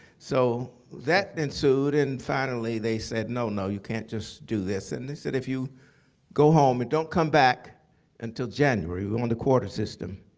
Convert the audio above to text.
so that ensued. and finally they said, no, no, you can't just do this. and they said, if you go home and don't come back until january, we're on the quarter system,